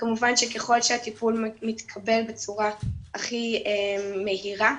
וכמובן שככל שהטיפול מתקבל בצורה הכי מהירה,